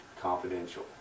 confidential